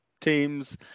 teams